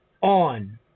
on